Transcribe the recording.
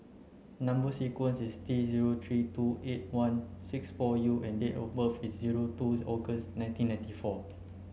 number sequence is T zero three two eight one six four U and date of birth is zero two August nineteen ninety four